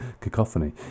cacophony